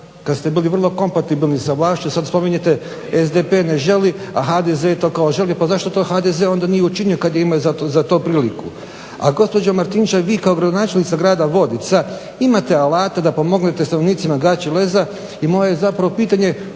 kad ste bili vrlo kompatibilni sa vlašću, a sada spominjete SDP ne želi a HDZ kao želi. Pa zašto to HDZ onda nije učinio kada je imao za to priliku? A gospođa Martinčev vi kao gradonačelnica grada Vodica imate alate da pomognete stanovnicima Gaćeleza. I moje je zapravo pitanje